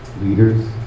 leaders